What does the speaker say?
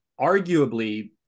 arguably